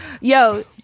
Yo